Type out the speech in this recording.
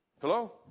Hello